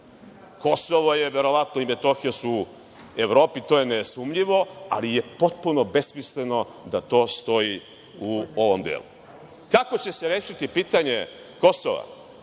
Kosovo, verovatno i Metohija, su verovatno u Evropi, to je nesumnjivo, ali je potpuno besmisleno da to stoji u ovom delu. Kako će se rešiti pitanje Kosova,